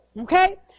Okay